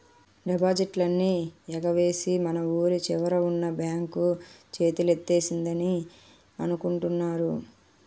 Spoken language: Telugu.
డిపాజిట్లన్నీ ఎగవేసి మన వూరి చివరన ఉన్న బాంక్ చేతులెత్తేసిందని అనుకుంటున్నారు